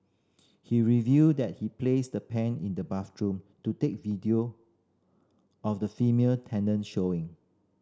he revealed that he placed the pen in the bathroom to take video of the female tenant showering